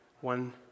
One